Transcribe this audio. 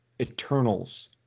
Eternals